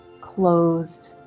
closed